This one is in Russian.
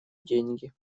деньги